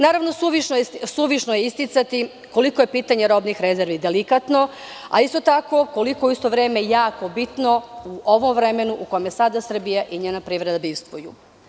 Naravno, suvišno je isticati koliko je pitanje robnih rezervi delikatno, a isto tako koliko je u isto vreme jako bitno u ovom vremenu u kome sada Srbija i njena privreda bivstvuju.